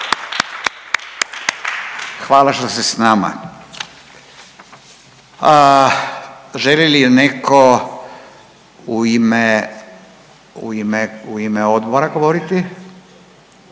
Hvala što ste s nama. Želi li neko u ime odbora govoriti?